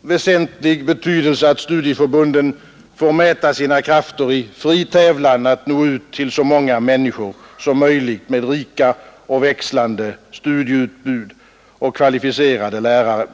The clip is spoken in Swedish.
väsentlig betydelse att studieförbunden får mäta sina krafter i fri tävlan att nå ut till så många människor som möjligt med rika och växlande studieutbud och kvalificerade lärare.